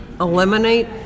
Eliminate